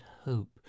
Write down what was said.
hope